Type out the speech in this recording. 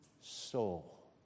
soul